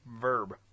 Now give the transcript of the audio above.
Verb